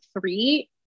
three